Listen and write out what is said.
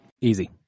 Easy